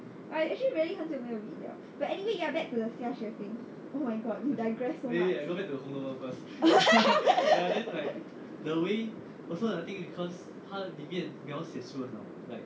I actually really 很久没有 read liao but anyway back to the xiaxue thing oh my god we digress so much